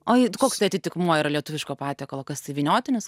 oi koks tai atitikmuo yra lietuviško patiekalo kas tai vyniotinis